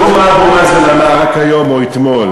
תראו מה אמר אבו מאזן רק היום או אתמול.